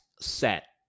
set